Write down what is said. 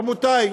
רבותי,